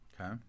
Okay